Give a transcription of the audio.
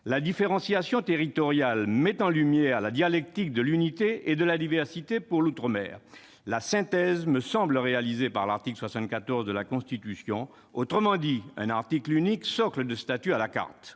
La différenciation territoriale met en lumière la dialectique de l'unité et de la diversité [...] Pour l'outre-mer, la synthèse me semble réalisée par l'article 74 de la Constitution », c'est-à-dire un article unique, socle de statuts à la carte.